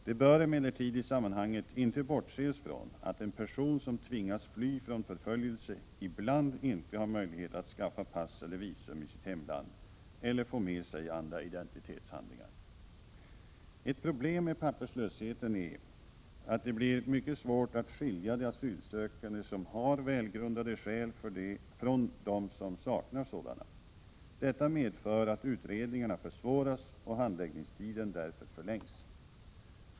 Det bör emellertid i sammanhanget inte bortses från att en person som tvingas fly från förföljelse ibland inte har möjlighet att skaffa pass eller visum i sitt hemland eller få med sig andra identitetshandlingar. Ett problem med papperslösheten är att det blir mycket svårt att skilja de asylsökande som har välgrundade skäl från de som saknar sådana. Detta medför att utredningarna försvåras och handläggningstiden därför förlängs.